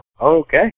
Okay